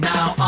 Now